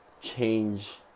change